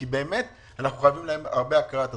כי באמת אנחנו חייבים להם הרבה הכרת הטוב.